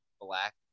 black